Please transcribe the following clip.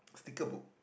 sticker book